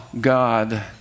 God